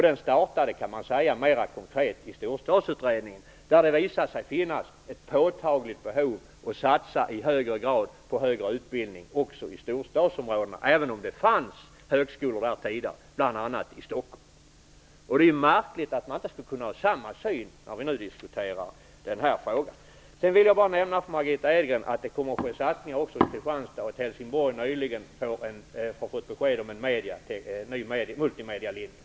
Den startade mer konkret, kan man säga, i Storstadsutredningen, där det visade sig finnas ett påtagligt behov av att i högre grad satsa på högre utbildning också i storstadsområdena, även om det fanns högskolor där tidigare, bl.a. i Stockholm. Det är märkligt att man inte skall kunna ha samma syn när vi nu diskuterar den här frågan. Sedan vill jag bara nämna för Margitta Edgren att det kommer att ske satsningar också i Kristianstad, och att Helsingborg nyligen har fått besked om en ny multimedielinje.